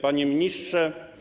Panie Ministrze!